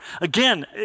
Again